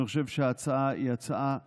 אני חושב שההצעה היא הצעה טובה,